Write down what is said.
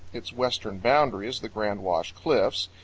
its western boundary is the grand wash cliffs,